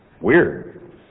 Weird